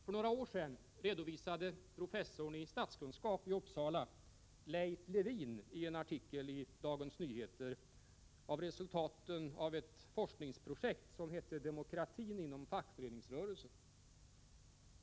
För några år sedan redovisade professorn i statskunskap i Uppsala, Leif Lewin, i en artikel i Dagens Nyheter resultaten av ett forskningsprojekt som hette ”Demokratin inom fackföreningsrörelsen”.